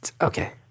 okay